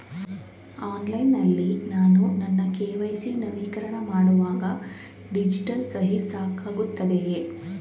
Online ನಲ್ಲಿ ನಾನು ನನ್ನ ಕೆ.ವೈ.ಸಿ ನವೀಕರಣ ಮಾಡುವಾಗ ಡಿಜಿಟಲ್ ಸಹಿ ಸಾಕಾಗುತ್ತದೆಯೇ?